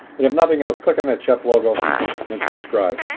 and if nothing else, click on that chep logo and subscribe.